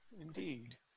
indeed